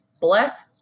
bless